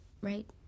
right